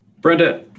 Brenda